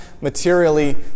materially